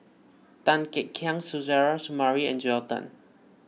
Tan Kek Hiang Suzairhe Sumari and Joel Tan